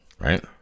right